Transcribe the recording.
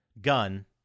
gun